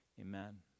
amen